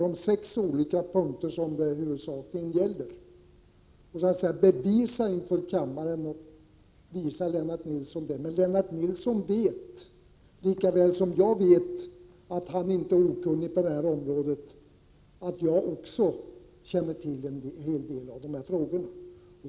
Det gäller huvudsakligen sex punkter. Jag skulle kunna bevisa inför kammaren och visa Lennart Nilsson hur det ligger till. Men Lennart Nilsson vet, lika väl som jag vet att han inte är okunnig på detta område, att jag också känner till en hel del av dessa frågor.